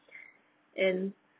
and